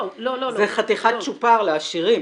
זה חתיכת צ'ופר לעשירים.